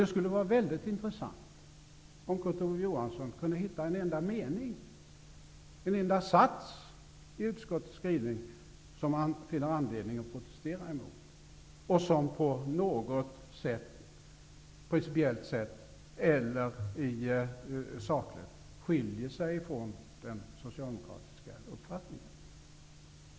Det skulle vara väldigt intressant om Kurt Ove Johansson kunde hitta en enda mening, en enda sats i utskottets skrivning som han finner anledning att protestera emot, och som principiellt eller sakligt skiljer sig från den socialdemokratiska uppfattningen.